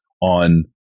on